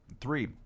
three